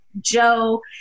Joe